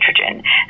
nitrogen